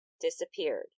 disappeared